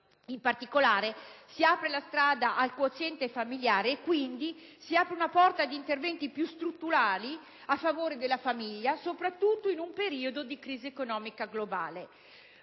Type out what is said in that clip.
In particolare, si apre la strada al quoziente familiare e, quindi, si apre una porta ad interventi più strutturali a favore della famiglia, soprattutto in un periodo di crisi economica globale.